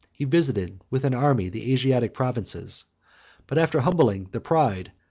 he visited with an army the asiatic provinces but after humbling the pride,